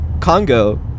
Congo